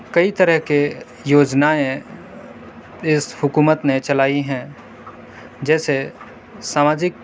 کئی طرح کے یوجنائیں اِس حکومت نے چلائی ہیں جیسے سماجک